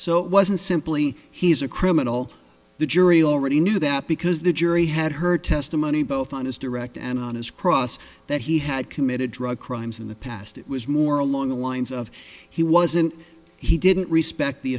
so it wasn't simply he's a criminal the jury already knew that because the jury had heard testimony both on his direct and on his cross that he had committed drug crimes in the past it was more along the lines of he wasn't he didn't respect the